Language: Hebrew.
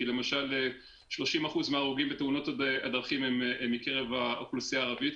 כי למשל 30% מההרוגים בתאונות הדרכים הם מקרב האוכלוסייה הערבית.